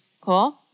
Cool